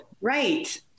Right